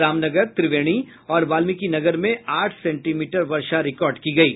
रामनगर त्रिवेणी और बाल्मिकीनगर में आठ सेंटीमीटर वर्षा रिकॉर्ड की गयी